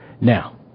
Now